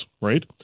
right